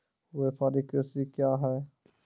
व्यापारिक कृषि क्या हैं?